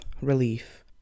relief